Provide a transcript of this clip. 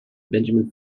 benjamin